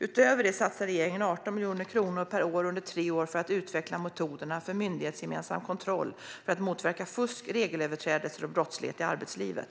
Utöver det satsar regeringen 18 miljoner kronor per år under tre år för att utveckla metoderna för myndighetsgemensam kontroll för att motverka fusk, regelöverträdelser och brottslighet i arbetslivet.